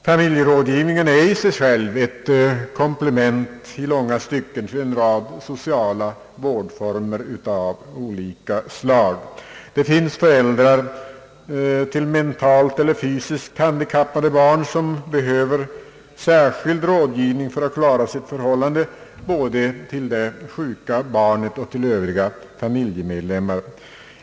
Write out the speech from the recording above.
Familjerådgivningen är i sig själv i långa stycken ett komplement till en rad sociala vårdformer av olika slag. Det finns föräldrar till mentalt eller fysiskt handikappade barn som behöver särskild rådgivning för att klara sitt förhållande både till det sjuka barnet och till övriga familjemedlemmar.